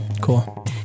Cool